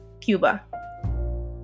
Cuba